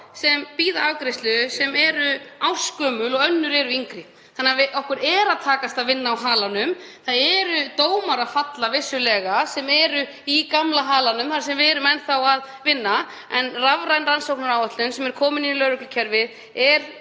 sem bíða afgreiðslu sem eru ársgömul og önnur eru yngri. Okkur er að takast að vinna á halanum. Það eru dómar að falla, vissulega, sem eru í gamla halanum sem við erum enn að vinna upp en rafræn rannsóknaráætlun sem er komin í lögreglukerfið